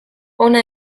hona